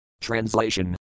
Translation